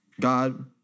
God